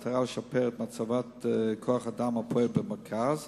במטרה לשפר את מצבת כוח-האדם הפועל במרכז